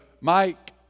Mike